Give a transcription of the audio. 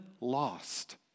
lost